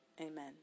Amen